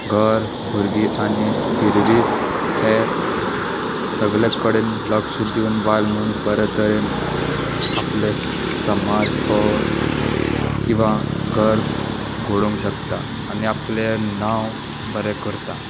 घर भुरगीं आनी सिर्वीस हें सगळे कडेन लक्ष दिवन बायल मनीस बरें तरेन आपले समाज ओ किंवा घर घडोवंक शकता आनी आपलें नांव बरें करता